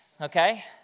okay